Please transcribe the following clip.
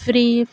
free